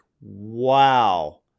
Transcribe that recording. wow